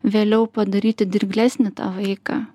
vėliau padaryti dirglesnį tą vaiką